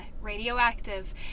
Radioactive